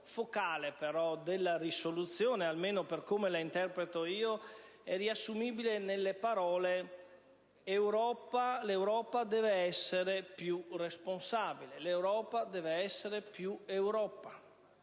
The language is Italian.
focale della risoluzione, almeno secondo la mia interpretazione, è riassumibile nelle parole: «L'Europa deve essere più responsabile; l'Europa deve essere più Europa».